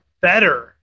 better